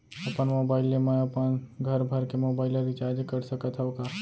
अपन मोबाइल ले मैं अपन घरभर के मोबाइल ला रिचार्ज कर सकत हव का?